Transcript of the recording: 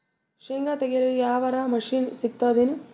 ಶೇಂಗಾ ತೆಗೆಯಲು ಯಾವರ ಮಷಿನ್ ಸಿಗತೆದೇನು?